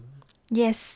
yes